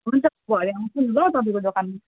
हुन्छ भरे आउँछु नि ल तपाईँको दोकान